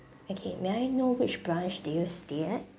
okay may I know which branch did you stay at